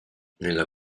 nella